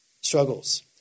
struggles